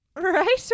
Right